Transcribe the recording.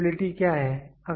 repeatability क्या है